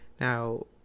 Now